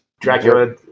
Dracula